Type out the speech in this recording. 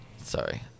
Sorry